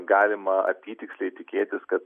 galima apytiksliai tikėtis kad